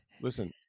listen